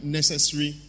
necessary